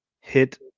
hit